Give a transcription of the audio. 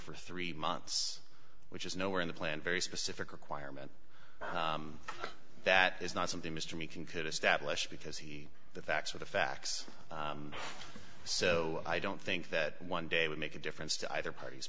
for three months which is nowhere in the plan a very specific requirement that is not something mr meekin could establish because he the facts are the facts so i don't think that one day would make a difference to either part